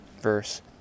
verse